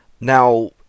Now